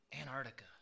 Antarctica